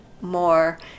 more